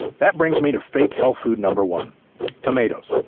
that brings me to fake health food number one tomatoes.